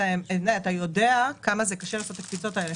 אתה יודע כמה קשה לעשות את הקפיצות האלו,